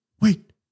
wait